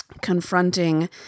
confronting